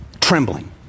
trembling